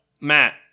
Matt